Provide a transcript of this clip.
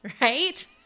right